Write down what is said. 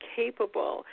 capable